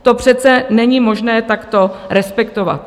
To přece není možné takto respektovat.